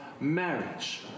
marriage